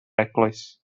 eglwys